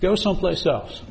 go someplace else